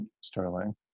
Sterling